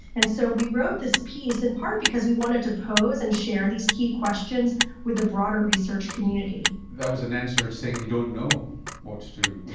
and so we wrote this piece, in part because we wanted to pose and share these key questions with the broader research community. that was an answer saying you don't know what to